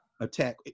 attack